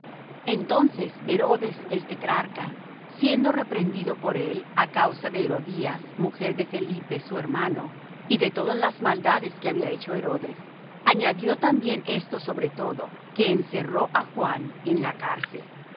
entonces herodes el tetrarca siendo reprendido por él á causa de herodías mujer de felipe su hermano y de todas las maldades que había hecho herodes añadió también esto sobre todo que encerró á juan en la cárcel